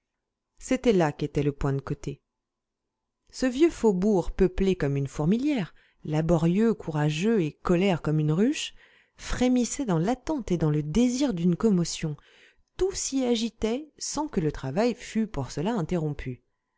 c'est là qu'était le point de côté ce vieux faubourg peuplé comme une fourmilière laborieux courageux et colère comme une ruche frémissait dans l'attente et dans le désir d'une commotion tout s'y agitait sans que le travail fût pour cela interrompu